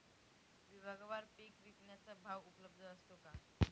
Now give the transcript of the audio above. विभागवार पीक विकण्याचा भाव उपलब्ध असतो का?